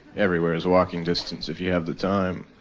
everywhere is walking distance if you have the time.